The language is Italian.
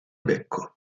becco